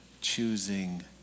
choosing